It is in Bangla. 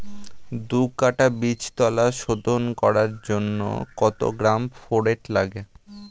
দু কাটা বীজতলা শোধন করার জন্য কত গ্রাম ফোরেট লাগে?